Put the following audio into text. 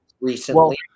recently